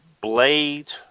Blade